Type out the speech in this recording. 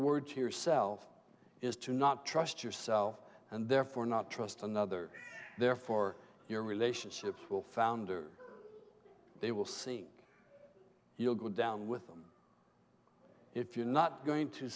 words here self is to not trust yourself and therefore not trust another therefore your relationships will founder they will sing you'll go down with them if you're not going to